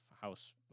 house